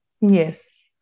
Yes